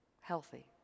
healthy